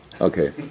Okay